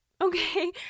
okay